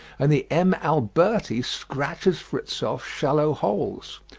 and the m. alberti scratches for itself shallow holes,